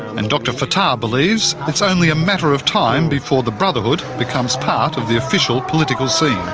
and dr fattah believes it's only a matter of time before the brotherhood becomes part of the official political scene.